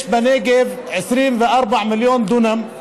יש בנגב 12 מיליון דונם,